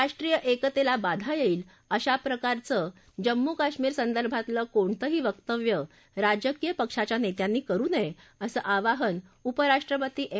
राष्ट्रीय एकतेला बाधा येईल अशा प्रकारचं जम्मू आणि काश्मीर संदर्भातलं कोणतंही वक्तव्य राजकीय पक्षाच्या नेत्यांनी करू नये असं आवाहन उपराष्ट्रपती एम